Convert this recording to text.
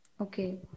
Okay